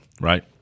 right